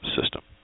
system